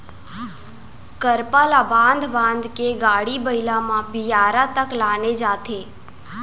करपा ल बांध बांध के गाड़ी बइला म बियारा तक लाने जाथे